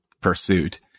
pursuit